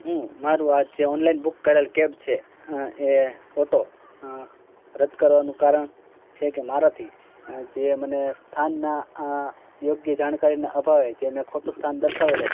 હું મારું આ જે ઓનલાઈન બુક કરાયેલ કેબ છે એ ઓટો રદ કરવાનું કારણ છે કે મારાથી જે મને સ્થાનમાં યોગ્ય જાણકારીના અભાવે જે મેં ખોટું સ્થાન દર્શાવેલું હતું